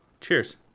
cheers